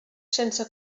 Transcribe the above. sense